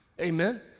amen